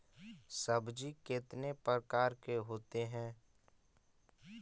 सब्जी कितने प्रकार के होते है?